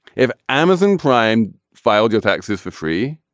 if amazon prime file your taxes for free.